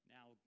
Now